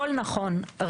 הכול נכון.